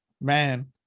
man